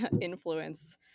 influence